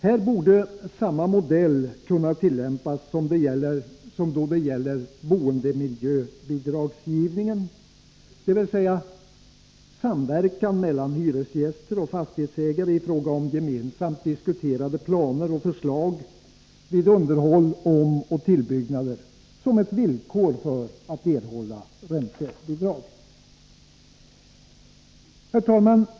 Här borde samma modell kunna tillämpas som då det gäller boendemiljöbidragsgivningen, dvs. samverkan mellan hyresgäster och fastighetsägare i fråga om gemensamt diskuterade planer och förslag vid underhåll och omoch tillbyggnader som ett villkor för att erhålla räntebidrag. Herr talman!